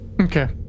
Okay